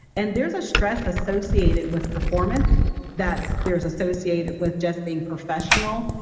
and there's a stress associated with performance that there's associated with just being professional.